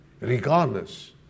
Regardless